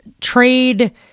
trade